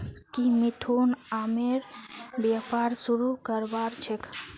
की मिथुन आमेर व्यापार शुरू करवार छेक